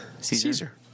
Caesar